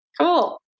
Cool